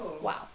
wow